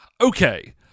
Okay